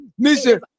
Nisha